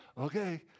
okay